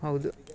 ಹೌದು